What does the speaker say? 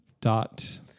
dot